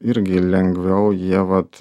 irgi lengviau jie vat